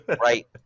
Right